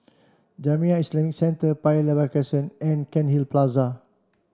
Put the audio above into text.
Jamiyah Islamic Centre Paya Lebar Crescent and Cairnhill Plaza